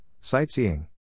sightseeing